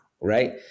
right